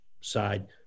side